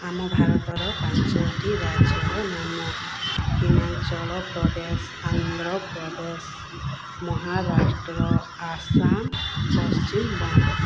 ଆମ ଭାରତର ପାଞ୍ଚଟି ରାଜ୍ୟର ନାମ ହିମାଚଳପ୍ରଦେଶ ଆନ୍ଧ୍ରପ୍ରଦେଶ ମହାରାଷ୍ଟ୍ର ଆସାମ ପଶ୍ଚିମବଙ୍ଗ